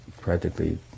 practically